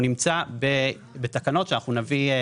הוא נמצא בתקנות שאנחנו נביא.